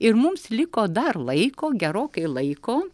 ir mums liko dar laiko gerokai laiko